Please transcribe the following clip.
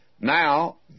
Now